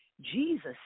Jesus